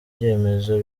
byemezo